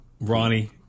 Ronnie